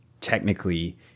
Technically